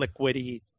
liquidy